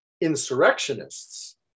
Insurrectionists